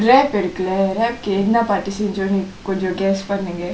rap இருக்குல:irukkula rap என்ன பாட்டு சென்ஜோம்னு கொன்ஜ:enna paatu senjomnu konjam guess பன்னுங்க:pannungka